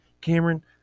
cameron